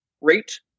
rate